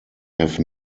have